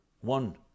one